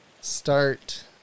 start